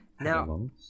Now